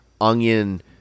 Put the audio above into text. onion